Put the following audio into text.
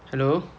hello